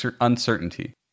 uncertainty